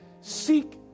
Seek